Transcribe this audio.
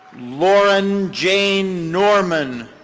lauren jane norman.